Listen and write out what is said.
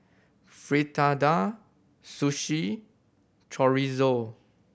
Fritada Sushi Chorizo